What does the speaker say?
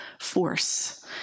force